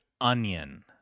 onion